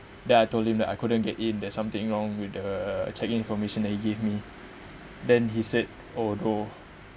then I told him that I couldn't get it there's something wrong with the check in information that he gave me then he said oh no